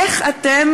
איך אתם